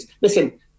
listen